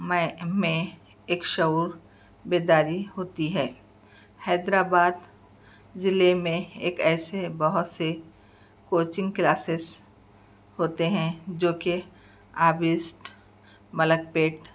میں میں ایک شعور بیداری ہوتی ہے حیدر آباد ضلعے میں ایک ایسے بہت سے کوچنگ کلاسیز ہوتے ہیں جو کہ آبیسٹ ملکپیٹ